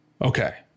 Okay